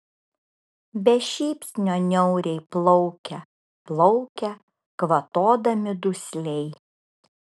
be šypsnio niauriai plaukia plaukia kvatodami dusliai